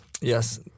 Yes